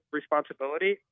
responsibility